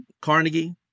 Carnegie